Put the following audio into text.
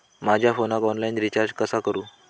माझ्या फोनाक online recharge कसा करू?